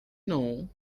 know